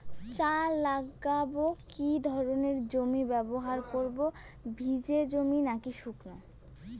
চা লাগাবো কি ধরনের জমি ব্যবহার করব ভিজে জমি নাকি শুকনো?